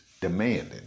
demanding